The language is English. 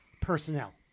personnel